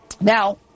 Now